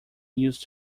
used